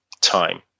time